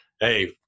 hey